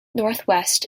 northwest